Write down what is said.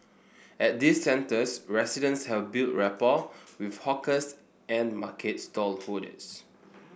at these centres residents have built rapport with hawkers and market stallholders